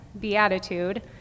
beatitude